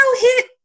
hit